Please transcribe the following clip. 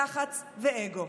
יח"צ ואגו,